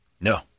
No